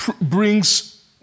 brings